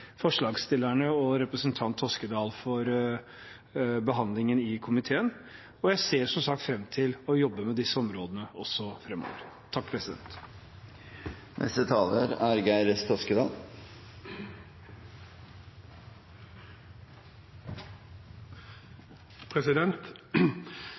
forslagsstillerne og representanten Toskedal for behandlingen i komiteen, og jeg ser som sagt fram til å jobbe med disse områdene framover. Som forslagsstiller vil jeg også